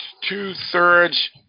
Two-thirds